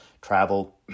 travel